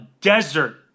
desert